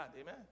Amen